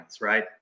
right